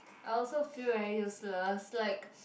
I also feel very useless like